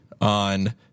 on